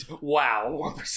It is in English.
Wow